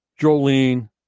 Jolene